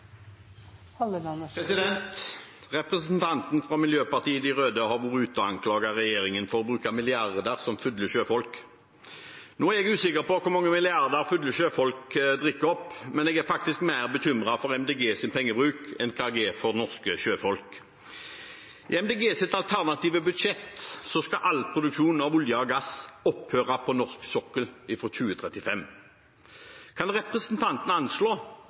Representanten fra Miljøpartiet De Røde har vært ute og anklaget regjeringen for å bruke milliarder som fulle sjøfolk. Nå er jeg usikker på hvor mange milliarder fulle sjøfolk drikker opp, men jeg er faktisk mer bekymret for Miljøpartiet De Grønnes pengebruk enn jeg er for norske sjøfolk. I Miljøpartiet De Grønnes alternative budsjett skal all produksjon av olje og gass opphøre på norsk sokkel fra 2035. Kan representanten anslå